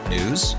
News